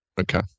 Okay